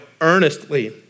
earnestly